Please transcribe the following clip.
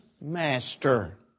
master